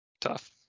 Tough